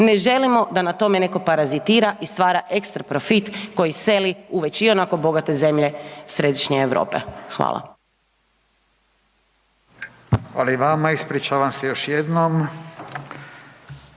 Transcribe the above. ne želimo da na tome netko parazitira i stvara ekstra profit koji seli u već ionako bogate zemlje središnje Europe. Hvala. **Radin, Furio